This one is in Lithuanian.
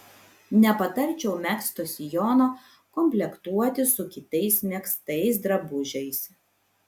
nepatarčiau megzto sijono komplektuoti su kitais megztais drabužiais